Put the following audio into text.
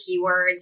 keywords